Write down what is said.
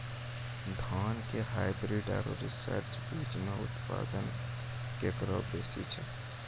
धान के हाईब्रीड और रिसर्च बीज मे उत्पादन केकरो बेसी छै?